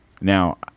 Now